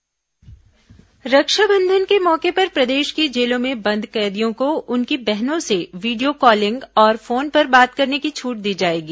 Rakshabandhan jail Rakshabandhan के मौके पर प्रदेश की जेलों में बंद कैदियों को उनकी बहनों से वीडियो कॉलिंग और फोन पर बात करने की छूट दी जाएगी